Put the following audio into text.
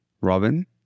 Robin